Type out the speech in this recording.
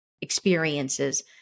experiences